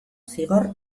zigor